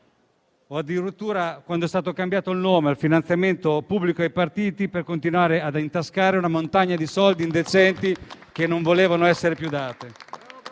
o addirittura quando è stato cambiato il nome al finanziamento pubblico ai partiti per consentire loro di continuare a intascare una montagna di soldi indecenti che non volevano essere più dati.